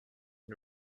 you